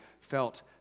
felt